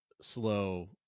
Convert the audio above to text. slow